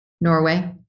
Norway